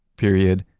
period,